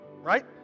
right